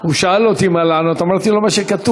הוא שאל אותי מה לענות, אמרתי לו: מה שכתוב.